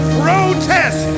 protest